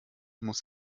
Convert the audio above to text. muss